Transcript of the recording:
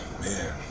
Man